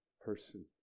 person